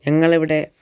ഞങ്ങൾ ഇവിടെ